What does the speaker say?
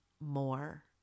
more